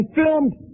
filmed